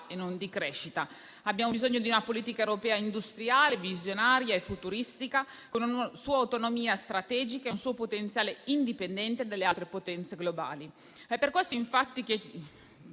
e non di crescita. Abbiamo bisogno di una politica europea industriale, visionaria e futuristica, con una sua autonomia strategica e un suo potenziale indipendente dalle altre potenze globali.